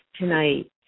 tonight